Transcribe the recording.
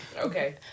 Okay